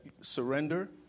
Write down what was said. surrender